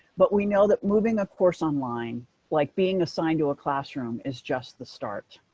but we know that moving, of course, online like being assigned to a classroom is just the start.